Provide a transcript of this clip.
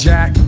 Jack